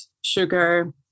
sugar